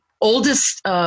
oldest